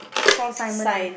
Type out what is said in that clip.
Paul-Simon